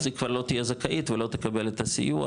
אז היא כבר לא תהיה זכאית ולא תקבל את הסיוע,